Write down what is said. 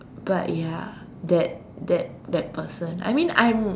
but ya that that that person I mean I'm